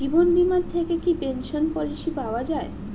জীবন বীমা থেকে কি পেনশন পলিসি পাওয়া যায়?